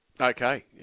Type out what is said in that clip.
Okay